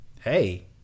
hey